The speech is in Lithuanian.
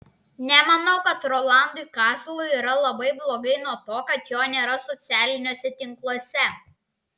nemanau kad rolandui kazlui yra labai blogai nuo to kad jo nėra socialiniuose tinkluose